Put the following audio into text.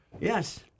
Yes